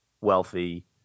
wealthy